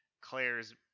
claire's